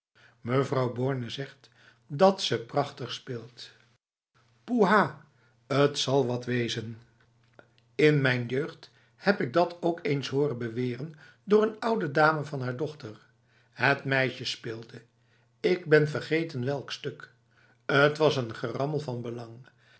mevrouw borne zegt dat ze prachtig speeltf poeah t zal wat wezen in mijn jeugd heb ik dat ook eens horen beweren door een oude dame van haar dochter het meisje speelde ik ben vergeten welk stuk t was n gerammel van belang